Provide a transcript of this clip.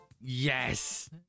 Yes